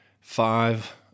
Five